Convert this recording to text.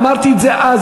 אמרתי את זה אז,